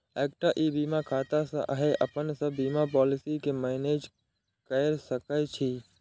एकटा ई बीमा खाता सं अहां अपन सब बीमा पॉलिसी कें मैनेज कैर सकै छी